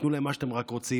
תנו להם מה שאתם רק רוצים.